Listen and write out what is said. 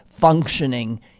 functioning